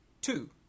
two